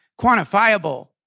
quantifiable